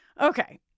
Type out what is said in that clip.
Okay